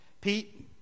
Pete